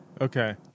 Okay